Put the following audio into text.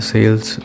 Sales